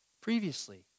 previously